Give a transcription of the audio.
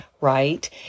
right